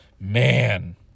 Man